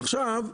עכשיו,